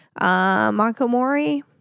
Makomori